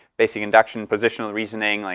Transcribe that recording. basic induction, positional reasoning. like